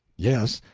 yes,